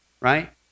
right